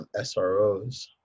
SROs